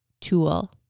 tool